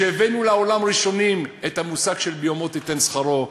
שהבאנו לעולם ראשונים את המושג "ביומו תִתן שכרו",